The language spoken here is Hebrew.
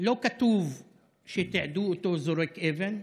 לא כתוב שתיעדו אותו זורק אבן,